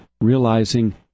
realizing